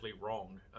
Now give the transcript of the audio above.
wrong